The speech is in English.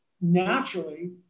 naturally